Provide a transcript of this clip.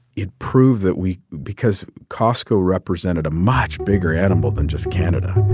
it proved that we because costco represented a much bigger animal than just canada.